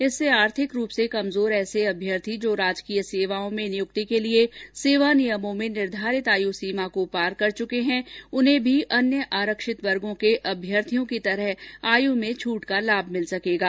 इससे आर्थिक रूप से कमजोर ऐसे अभ्यर्थी जो राजकीय सेवाओं में नियुक्ति के लिए सेवा नियमों में निर्धारित आयु सीमा को पार कर चुके हैं उन्हें भी अन्य आरक्षित वर्गो के अम्युर्थियों की तरह आय में छट का लाम मिल सकेगा